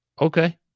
Okay